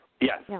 yes